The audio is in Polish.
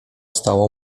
stało